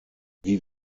wie